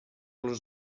los